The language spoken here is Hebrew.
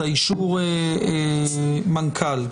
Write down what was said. אישור מנכ"ל.